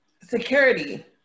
security